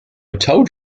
told